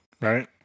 Right